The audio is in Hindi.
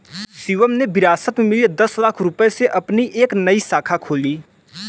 शिवम ने विरासत में मिले दस लाख रूपए से अपनी एक नई शाखा खोली